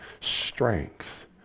strength